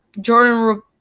Jordan